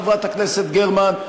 חברת הכנסת גרמן,